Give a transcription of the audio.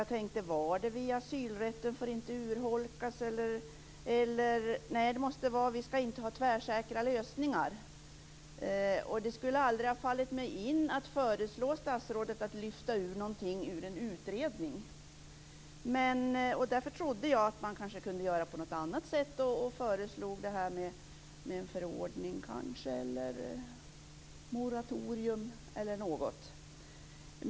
Jag tänkte: Var det vid asylrätten får inte urholkas? Nej, det måste vara: Vi skall inte ha tvärsäkra lösningar. Det skulle aldrig ha fallit mig in att föreslå statsrådet att lyfta ut någonting ur en utredning. Därför trodde jag att man kanske kunde göra på något annat sätt, och föreslog en förordning, eller kanske moratorium.